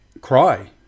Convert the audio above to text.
cry